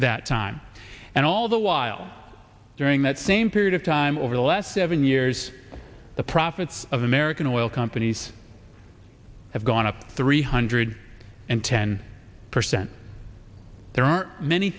that time and all the while during that same period of time over the last seven years the profits of american oil companies have gone up three hundred and ten percent there are many